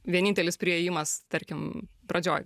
vienintelis priėjimas tarkim pradžioj